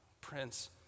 prince